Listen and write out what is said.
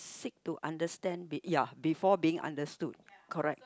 seek to understand be ya before being understood correct